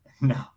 No